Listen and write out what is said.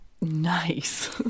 nice